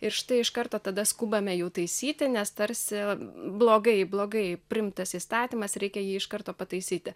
ir štai iš karto tada skubame jau taisyti nes tarsi blogai blogai priimtas įstatymas reikia jį iš karto pataisyti